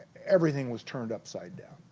everything was turned upside down.